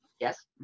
Yes